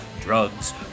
drugs